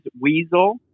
Weasel